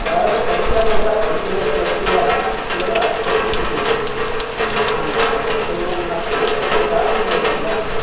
बालक पञ्चदश पञ्चदशवर्षीयः एव गन्तुं शक्यन्ते तत्पूर्वं नास्ति तत्र चारणं भवति किल